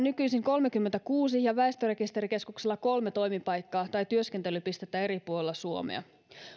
nykyisin kolmekymmentäkuusi ja väestörekisterikeskuksella kolme toimipaikkaa tai työskentelypistettä eri puolilla suomea